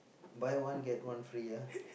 buy one get one free ah